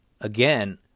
again